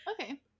Okay